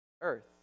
earth